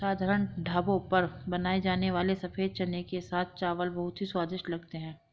साधारण ढाबों पर बनाए जाने वाले सफेद चने के साथ चावल बहुत ही स्वादिष्ट लगते हैं